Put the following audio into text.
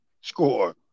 score